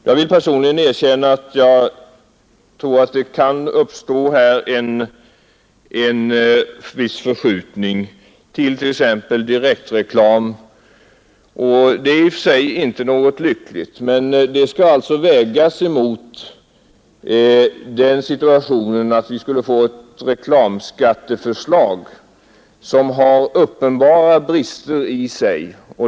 Jag tror personligen att det kan uppstå en viss förskjutning mot t.ex. direktreklam, och det är inte lyckligt, men det skall alltså vägas mot den situationen att vi skulle få ett reklamskatteförslag som i sig har uppenbara brister.